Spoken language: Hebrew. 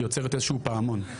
שיוצרת איזה שהוא פעמון,